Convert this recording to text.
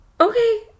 okay